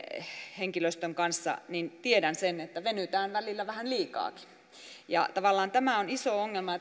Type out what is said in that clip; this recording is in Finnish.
henkilöstön kanssa niin tiedän sen että venytään välillä vähän liikaakin tavallaan tämä on iso ongelma